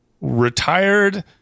retired